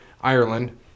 Ireland